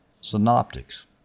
synoptics